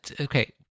Okay